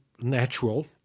natural